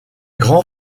grand